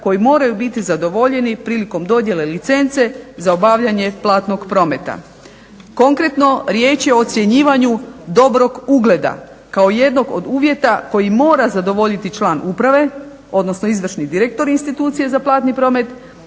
koji moraju biti zadovoljeni prilikom dodjele licence za obavljanje platnog prometa. Konkretno, riječ o ocjenjivanju dobrog ugleda kao jednog od uvjeta koji mora zadovoljiti član uprave, odnosno izvršni direktor institucije za platni promet,